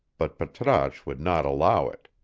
but patrasche would not allow it.